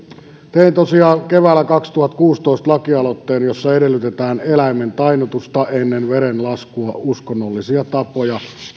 tein tosiaan keväällä kaksituhattakuusitoista lakialoitteen jossa edellytetään eläimen tainnutusta ennen verenlaskua uskonnollisia tapoja